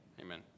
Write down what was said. Amen